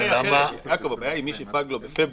השאלה למי שפג לו בפברואר,